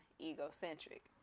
egocentric